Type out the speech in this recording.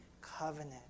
covenant